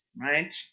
right